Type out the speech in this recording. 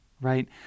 right